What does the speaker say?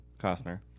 costner